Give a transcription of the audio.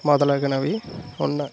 మొదలగునవి ఉన్నాయి